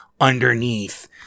underneath